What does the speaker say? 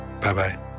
Bye-bye